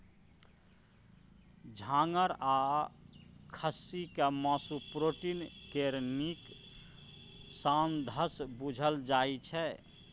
छागर आ खस्सीक मासु प्रोटीन केर नीक साधंश बुझल जाइ छै